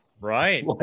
Right